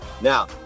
Now